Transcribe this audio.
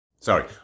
sorry